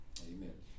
Amen